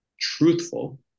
truthful